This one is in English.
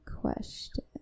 question